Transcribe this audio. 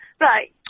Right